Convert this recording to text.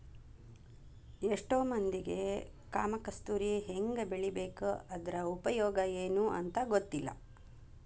ಎಷ್ಟೋ ಮಂದಿಗೆ ಕಾಮ ಕಸ್ತೂರಿ ಹೆಂಗ ಬೆಳಿಬೇಕು ಅದ್ರ ಉಪಯೋಗ ಎನೂ ಅಂತಾ ಗೊತ್ತಿಲ್ಲ